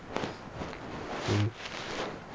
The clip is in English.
mmhmm